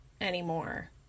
anymore